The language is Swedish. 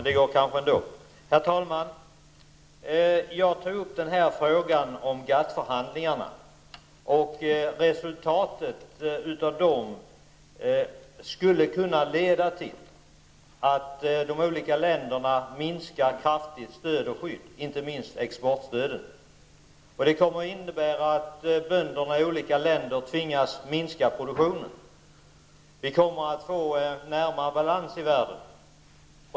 Herr talman! Jag tog upp frågan om GATT förhandlingarna. Resultatet av dessa förhandlingar skulle kunna leda till att de olika länderna kraftigt minskar skydd och stöd, inte minst exportstödet. Det kommer att innebära att bönderna i olika länder tvingas minska produktionen. Vi kommer närmare balans i världen.